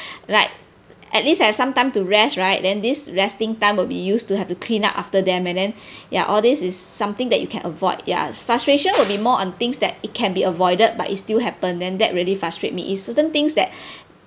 like at least have some time to rest right then this resting time will be used to have to clean up after them and then ya all this is something that you can avoid ya frustration will be more on things that it can be avoided but it still happen then that really frustrates me it certain things that